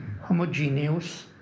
homogeneous